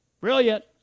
Brilliant